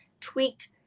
tweaked